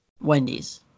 Wendy's